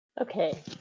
Okay